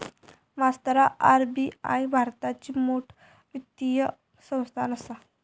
मास्तरा आर.बी.आई भारताची मोठ वित्तीय संस्थान आसा